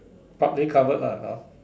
partly covered lah ah